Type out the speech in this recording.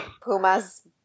Pumas